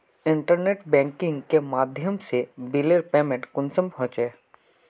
Internet banking के माध्यम से बिलेर पेमेंट कुंसम होचे?